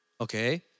Okay